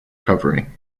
covering